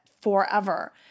forever